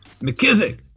McKissick